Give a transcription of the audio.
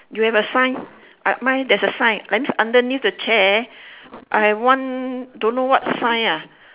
you have a sign but mine there's a sign that means underneath the chair I've one don't know what sign ah